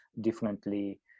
differently